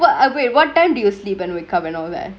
what wait what time do you sleep and wake up and all that